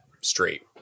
straight